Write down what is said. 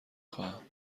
خواهم